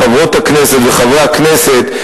חברות הכנסת וחברי הכנסת,